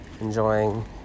enjoying